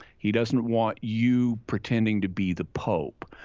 he doesn't want you pretending to be the pope.